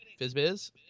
FizzBiz